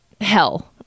hell